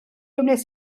wnes